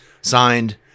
Signed